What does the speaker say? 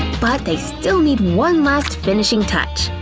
but they still need one last finishing touch.